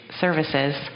services